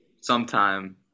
sometime